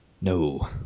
No